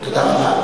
תודה רבה.